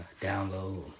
download